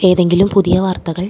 ഏതെങ്കിലും പുതിയ വാര്ത്തകള്